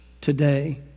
today